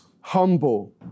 humble